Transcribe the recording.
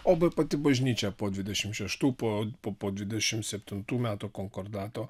o pati bažnyčia po dvidešimt šeštų po po dvidešimt septintų metų konkordato